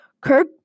Kirk